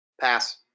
Pass